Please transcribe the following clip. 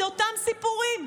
זה אותם סיפורים.